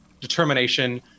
determination